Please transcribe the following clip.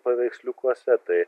paveiksliukuose tai